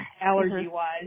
allergy-wise